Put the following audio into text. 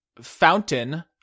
fountain